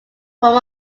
from